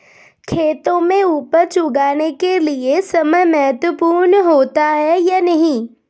खेतों में उपज उगाने के लिये समय महत्वपूर्ण होता है या नहीं?